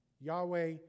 Yahweh